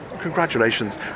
Congratulations